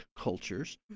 cultures